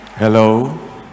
Hello